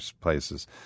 places